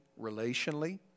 relationally